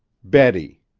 betty